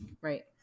Right